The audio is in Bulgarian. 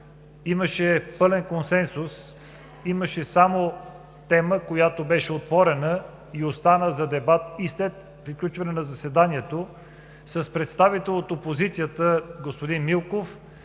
имаше пълен консенсус, имаше само тема, която беше отворена и остана за дебат и след приключване на заседанието с представител от опозицията – господин Милков,